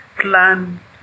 plan